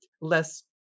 less